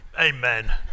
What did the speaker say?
amen